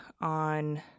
on